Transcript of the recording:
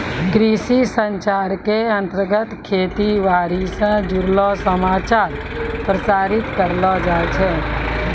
कृषि संचार के अंतर्गत खेती बाड़ी स जुड़लो समाचार प्रसारित करलो जाय छै